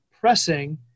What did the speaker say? pressing